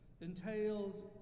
entails